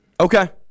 Okay